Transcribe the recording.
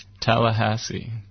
Tallahassee